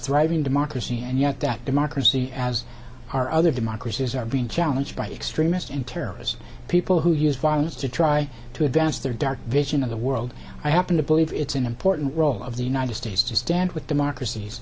thriving democracy and yet that democracy as are other democracies are being challenged by extremists and terrorist people who use violence to try to advance their dark vision of the world i happen to believe it's an important role of the united states to stand with democrac